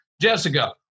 Jessica